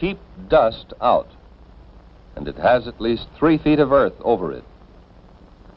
keep dust out and it has at least three feet of earth over it